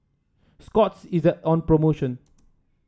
Scott's is on promotion